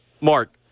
Mark